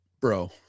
bro